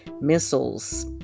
missiles